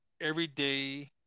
everyday